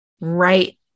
right